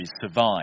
survive